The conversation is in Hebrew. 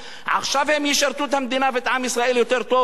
עכשיו הם ישרתו את המדינה ואת עם ישראל יותר טוב?